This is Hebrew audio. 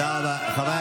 תודה רבה.